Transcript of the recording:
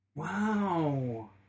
Wow